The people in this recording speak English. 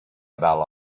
about